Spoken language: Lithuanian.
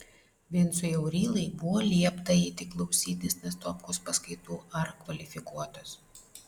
vincui aurylai buvo liepta eiti klausytis nastopkos paskaitų ar kvalifikuotos